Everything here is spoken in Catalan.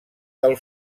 del